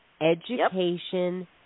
education